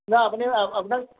ন আপুনি আপোনাক